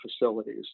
facilities